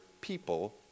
people